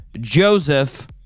Joseph